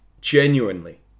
genuinely